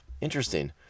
interesting